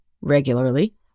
regularly